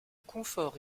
confort